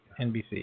NBC